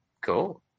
Cool